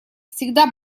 всегда